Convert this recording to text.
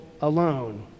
alone